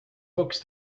books